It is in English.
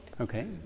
Okay